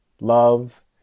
love